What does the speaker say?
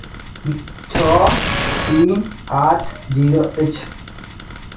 छओ तीन आठ जीरो अछि